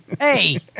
Hey